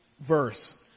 verse